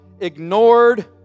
Ignored